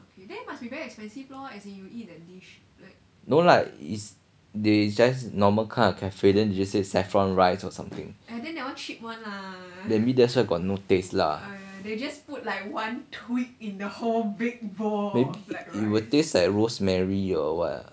no lah is they just normal kind of cafe then they just say saffron rice or something maybe that's why got no taste lah it will taste like rosemary or what